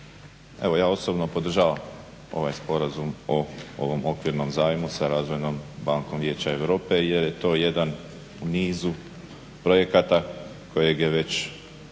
Evo ja osobno podržavam ovaj Sporazum o ovom Okvirnom zajmu sa Razvojnom bankom Vijeća Europe jer je to jedan u nizu projekata kojeg je već